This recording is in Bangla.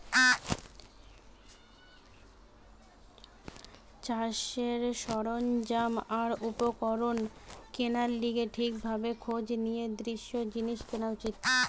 চাষের সরঞ্জাম আর উপকরণ কেনার লিগে ঠিক ভাবে খোঁজ নিয়ে দৃঢ় জিনিস কেনা উচিত